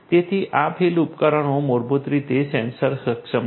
તેથી આ ફીલ્ડ ઉપકરણો મૂળભૂત રીતે સેન્સર સક્ષમ છે